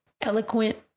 eloquent